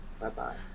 Bye-bye